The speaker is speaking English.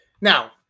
Now